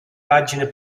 pagine